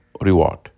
reward